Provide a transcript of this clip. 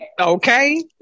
Okay